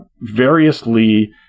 variously